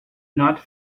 not